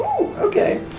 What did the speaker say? okay